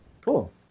Cool